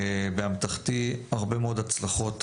באמתחתי הרבה מאוד הצלחות,